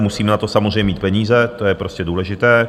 Musíme na to samozřejmě mít peníze, to je prostě důležité.